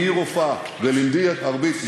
היי רופאה, ולמדי ערבית.